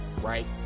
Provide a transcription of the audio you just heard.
right